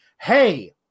Hey